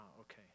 okay